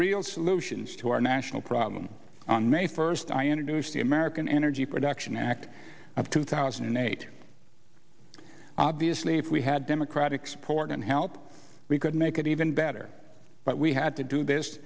real solutions to our national problem on may first i entered the american energy production act of two thousand and eight obviously if we had democratic support and help we could make it even better but we had to do this